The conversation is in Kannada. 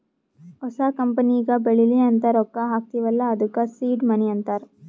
ಹೊಸ ಕಂಪನಿಗ ಬೆಳಿಲಿ ಅಂತ್ ರೊಕ್ಕಾ ಹಾಕ್ತೀವ್ ಅಲ್ಲಾ ಅದ್ದುಕ ಸೀಡ್ ಮನಿ ಅಂತಾರ